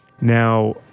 Now